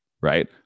right